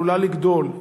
עלולה "לגדול,